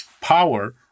power